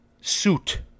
suit